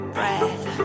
Breath